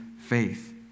faith